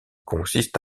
consiste